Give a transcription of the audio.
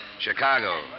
Chicago